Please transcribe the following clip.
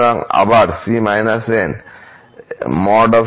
সুতরাং আবার c−n